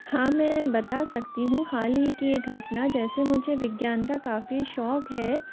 हाँ मैं बता सकती हूँ हालही की एक घटना जैसे मुझे विज्ञान का काफ़ी शौक़ है